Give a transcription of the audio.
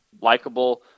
likable